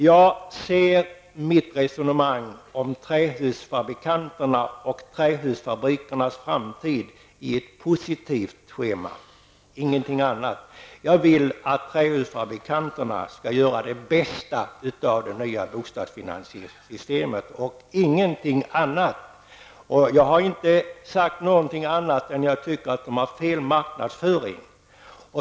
Jag ser mitt resonemang om trähusfabrikernas och trähusfabrikanternas framtid i ett positivt schema, Agne Hansson. Jag vill att trähusfabrikanterna skall göra bästa möjliga av det nya bostadsfinansieringssystemet. Jag har inte sagt något annat än att jag tycker att de har fel marknadsföring.